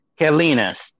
Kalinas